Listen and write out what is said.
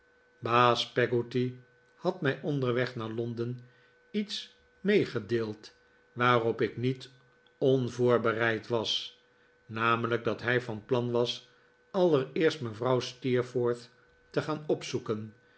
peggotty had mij onderweg naar londen iets meegedeeld waarop ik niet onvoorbereid was namelijk dat hij van plan was allereerst mevrouw steerforth te gaan opzoeken